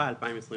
התשפ"א-2021